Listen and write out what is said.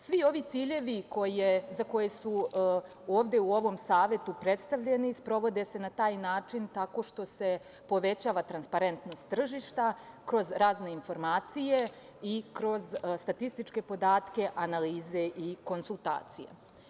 Svi ovi ciljevi za koje su ovde u ovom Savetu predstavljeni, sprovode se na taj način tako što se povećava transparentnost tržišta, kroz razne informacije i kroz statističke podatke, analize i konsultacije.